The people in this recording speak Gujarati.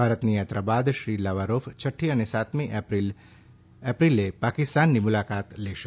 ભારતની યાત્રા બાદ શ્રી લાવારોફ છઠ્ઠી તથા સાતમી એપ્રિલે પાકિસ્તાનની મુલાકાત લેશે